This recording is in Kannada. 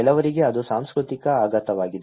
ಕೆಲವರಿಗೆ ಅದು ಸಾಂಸ್ಕೃತಿಕ ಆಘಾತವಾಗಿದೆ